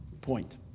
point